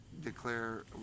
declare